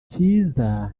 kizza